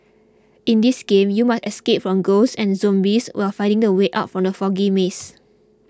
in this game you must escape from ghosts and zombies while finding the way out from the foggy maze